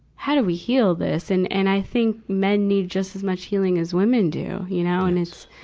how do we heal this? and and i think men need just as much healing as women do, you know. and it's,